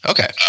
Okay